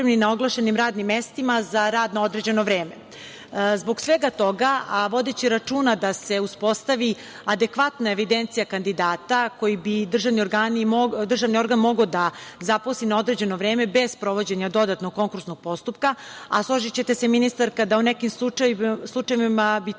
na oglašenim radnim mestima za rad na određeno vreme. Zbog svega toga, a vodeći računa da se uspostavi adekvatna evidencija kandidata koji bi državni organ mogao da zaposli na određeno vreme bez sprovođenja dodatnog konkursa. Složićete se, ministarska, da u nekim slučajevima bi to